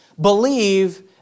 believe